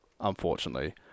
Unfortunately